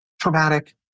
traumatic